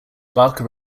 barker